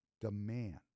demand